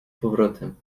powrotem